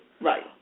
Right